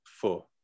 Four